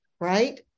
right